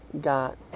got